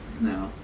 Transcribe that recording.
No